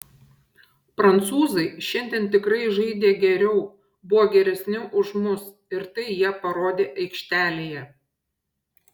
prancūzai šiandien tikrai žaidė geriau buvo geresni už mus ir tai jie parodė aikštelėje